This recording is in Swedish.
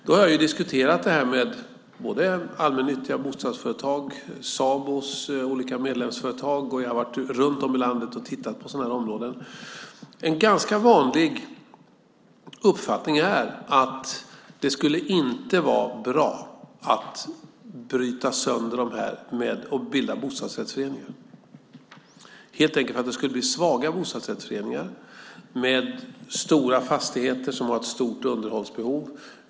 Det här har jag diskuterat med allmännyttiga bostadsföretag, Sabos olika medlemsföretag, och jag har varit ute runt om i landet och tittat på sådana områden. En ganska vanlig uppfattning är att det inte skulle vara bra att bryta sönder dem och bilda bostadsrättsföreningar. Anledningen är helt enkelt att det skulle bli svaga bostadsrättsföreningar med stora fastigheter som har ett stort underhållsbehov.